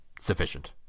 sufficient